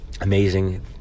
amazing